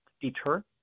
deter